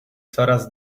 coraz